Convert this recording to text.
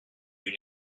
une